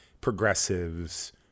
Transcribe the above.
progressives